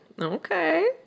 Okay